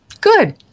good